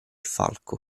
falco